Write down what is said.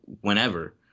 whenever